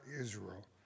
Israel